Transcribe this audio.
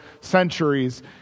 centuries